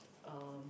um